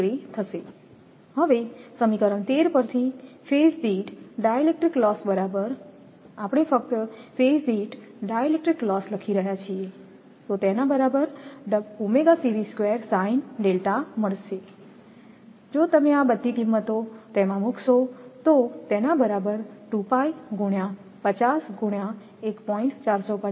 72 થશે હવે સમીકરણ 13 પરથીફેઝ દીઠ ડાઇલેક્ટ્રિક લોસ આપણે ફક્ત ફેઝ દીઠ ડાઇલેક્ટ્રિક લોસ લખી રહ્યા છીએ તે ખરેખર 5114